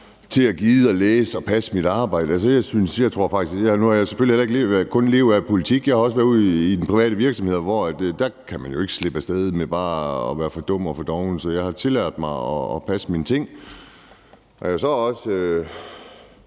til at gide at læse noget og passe mit arbejde. Nu har jeg selvfølgelig heller ikke kun levet af politik – jeg har også været ude i private virksomheder, hvor man jo ikke bare kan slippe af sted med bare at være for dum og for doven, så jeg har tilladt mig at passe mine ting. Jeg er alligevel